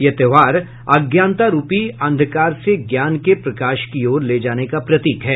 यह त्योहार अज्ञानता रूपी अंधकार से ज्ञान के प्रकाश की ओर ले जाने का प्रतीक है